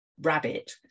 rabbit